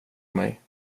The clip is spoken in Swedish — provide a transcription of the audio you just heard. mig